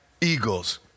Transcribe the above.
eagles